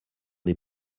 des